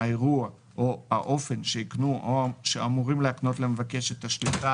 האירוע או האופן שהקנו או שאמורים להקנות למבקש את השליטה,